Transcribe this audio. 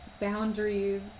boundaries